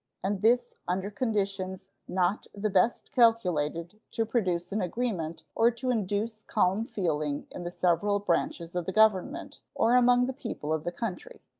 and this under conditions not the best calculated to produce an agreement or to induce calm feeling in the several branches of the government or among the people of the country.